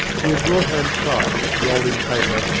he had brought home tripe, rolled in paper,